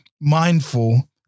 Mindful